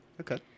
Okay